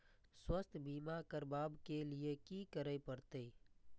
स्वास्थ्य बीमा करबाब के लीये की करै परतै?